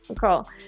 Cool